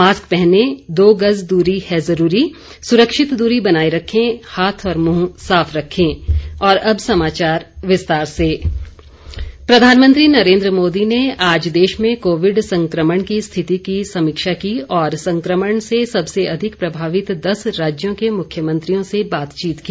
mask पहनें दो गज दूरी है जरूरी सुरक्षित दूरी बनाये रखें हाथ और मुंह साफ रखें प्रधानमंत्री प्रधानमंत्री नरेन्द्र मोदी ने आज देश में कोविड संक्रमण की स्थिति की समीक्षा की और संक्रमण से सबसे अधिक प्रभावित दस राज्यों के मुख्यमंत्रियों से बातचीत की